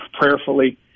prayerfully